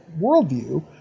worldview